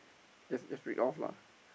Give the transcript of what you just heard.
just just read off lah